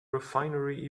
refinery